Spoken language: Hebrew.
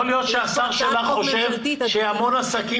יכול להיות שהשר שלך חושב שהמון עסקים